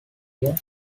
year